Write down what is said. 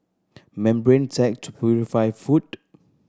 membrane tech to purify food